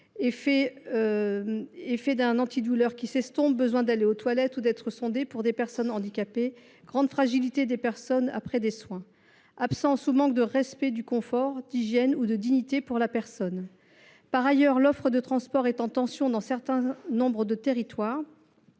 effet d’un antidouleur qui s’estompe ; besoin d’aller aux toilettes ou d’être sondé pour des personnes handicapées ; grande fragilité des personnes après des soins ; absence de confort, d’hygiène ou manque de respect de la dignité de la personne. Par ailleurs, l’offre de transport est en tension dans un certain nombre de territoires.